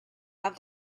have